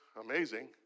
amazing